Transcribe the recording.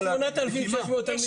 תיכונית,